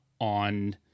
on